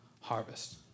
harvest